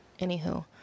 anywho